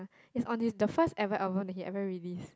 it's on his the first ever album that he ever released